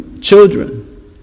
children